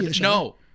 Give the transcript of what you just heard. No